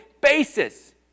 basis